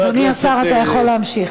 אדוני השר, אתה יכול להמשיך.